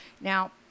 Now